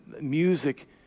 music